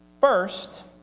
first